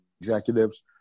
executives